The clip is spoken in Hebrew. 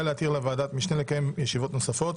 להתיר לוועדת משנה לקיים ישיבות נוספות